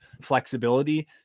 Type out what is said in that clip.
flexibility